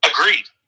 Agreed